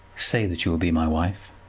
say that you will be my wife.